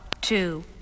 two